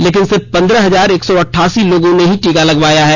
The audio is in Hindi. लेकिन सिर्फ पंद्रह हजार एक सौ अठासी लोगों ने ही टीका लगवाया है